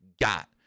got